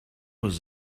was